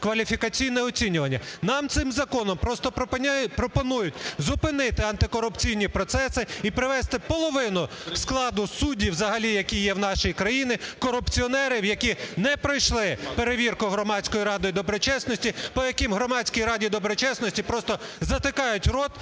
кваліфікаційне оцінювання. Нам цим законом просто пропонують зупинити антикорупційні процесі і привести половину складу суддів, взагалі, які є в нашій країні, корупціонерів, які не пройшли перевірку Громадської ради доброчесності, по яким Громадській раді доброчесності просто затикають рот